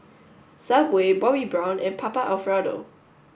subway Bobbi Brown and Papa Alfredo